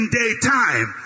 daytime